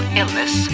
illness